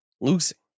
losing